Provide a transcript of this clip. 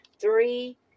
three